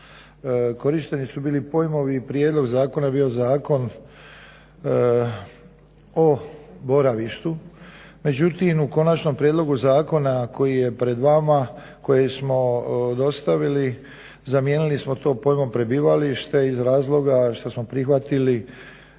korišteni su bili pojmovi i prijedlog zakona je bio zakon o boravištu, međutim u konačnom prijedlogu zakona koji je pred vama, koji smo dostavili, zamijenili smo to pojmom prebivalište iz razloga što smo prihvatili